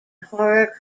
horror